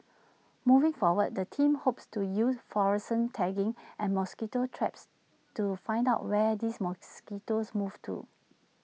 moving forward the team hopes to use fluorescent tagging and mosquito traps to find out where these mosquitoes move to